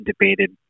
debated